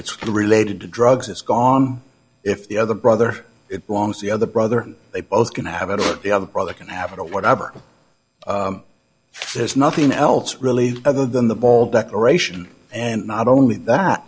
it's related to drugs it's gone if the other brother it belongs to the other brother they both can have it or the other brother can have it or whatever there's nothing else really other than the ball declaration and not only that